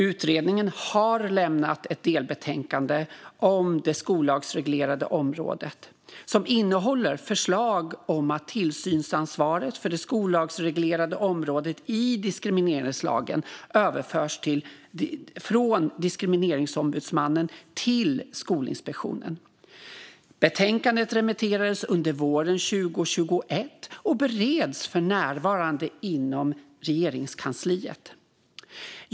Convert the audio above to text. Utredningen har lämnat ett delbetänkande om det skollagsreglerade området som innehåller förslag om att tillsynsansvaret för det skollagsreglerade området i diskrimineringslagen överförs från Diskrimineringsombudsmannen till Skolinspektionen. Betänkandet remitterades under våren 2021 och bereds för närvarande inom Regeringskansliet.